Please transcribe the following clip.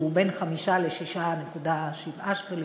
שמחירו בין 5 ל-6.7 שקלים,